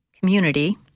community